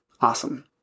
awesome